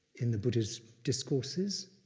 in the buddhist discourses